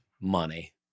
money